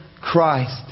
Christ